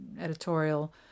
Editorial